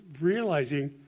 realizing